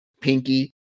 pinky